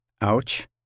Ouch